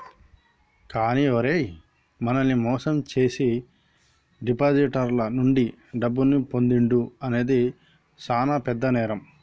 కానీ ఓరై మనల్ని మోసం జేసీ డిపాజిటర్ల నుండి డబ్బును పొందుడు అనేది సాన పెద్ద నేరం